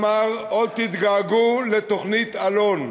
אמר: עוד תתגעגעו לתוכנית אלון.